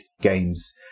games